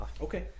Okay